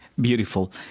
Beautiful